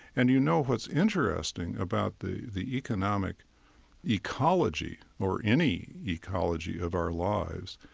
and you know what's interesting about the the economic ecology, or any ecology of our lives,